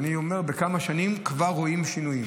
ואני אומר, בכמה שנים כבר רואים שינוי.